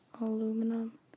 aluminum